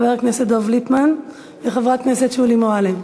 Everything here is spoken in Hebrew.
חבר הכנסת דב ליפמן וחברת הכנסת שולי מועלם.